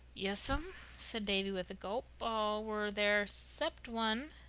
yes'm, said davy with a gulp. all were there cept one.